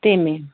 تَمے